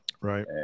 Right